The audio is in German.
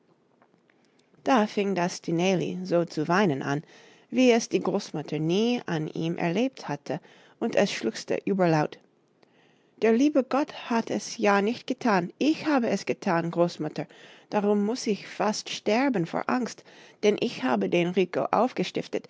da fing das stineli so zu weinen an wie es die großmutter nie an ihm erlebt hatte und es schluchzte überlaut der liebe gott hat es ja nicht getan ich habe es getan großmutter darum muß ich fast sterben vor angst denn ich habe den rico